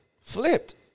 flipped